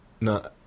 No